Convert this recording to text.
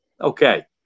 Okay